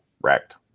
wrecked